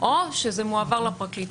או שזה מועבר לפרקליטות.